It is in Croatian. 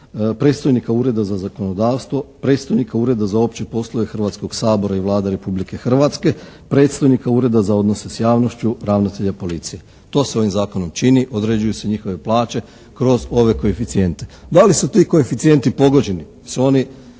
predstojnika Ureda za zakonodavstvo, predstojnika Ureda za opće poslove Hrvatskoga sabora i Vlade Republike Hrvatske, predstojnika Ureda za odnose s javnošću, ravnatelja policije. To se ovim zakonom čini, određuju se njihove plaće kroz ove koeficijente. Da li su ti koeficijenti pogođeni,